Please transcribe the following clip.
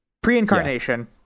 pre-incarnation